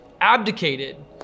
abdicated